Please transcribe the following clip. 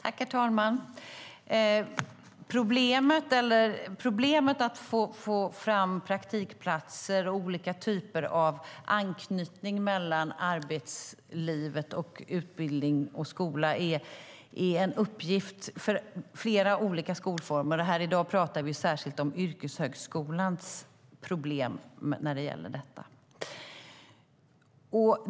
Herr talman! Problemet med att få fram praktikplatser och olika typer av anknytning mellan arbetslivet och utbildning och skola är en uppgift för flera olika skolformer. Här i dag talar vi särskilt om yrkeshögskolans problem när det gäller detta.